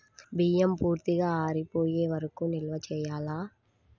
బియ్యం పూర్తిగా ఆరిపోయే వరకు నిల్వ చేయాలా?